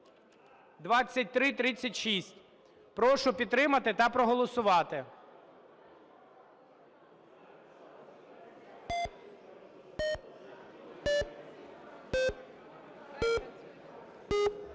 2336. Прошу підтримати та проголосувати.